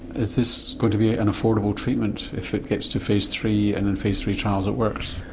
is this going to be an affordable treatment if it gets to phase three and in phase three trials it works?